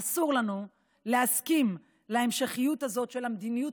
אסור לנו להסכים להמשכיות הזאת של המדיניות